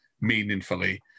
meaningfully